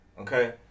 okay